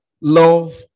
love